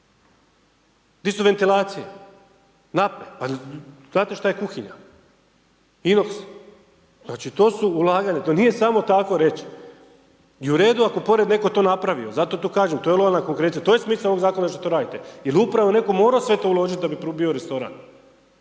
Di su ventilacije, nape? Pa znate što je kuhinja? Inox. Znači to su ulaganja. To nije samo tako reći. I u redu ako pored netko je to napravio, zato to kažem to je … /ne razumije se/ … to je smisao ovoga zakona što to radite jer je upravo netko morao sve to uložiti da bi bio restoran.